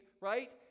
right